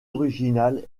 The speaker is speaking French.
original